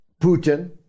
Putin